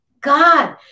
God